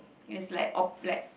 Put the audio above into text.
is like op~ like